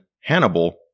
Hannibal